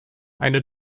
eine